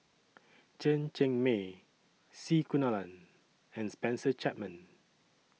Chen Cheng Mei C Kunalan and Spencer Chapman